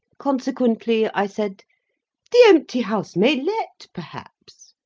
consequently i said the empty house may let, perhaps.